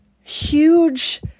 huge